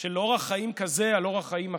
של אורח חיים כזה על אורח חיים אחר.